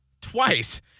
twice